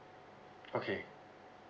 okay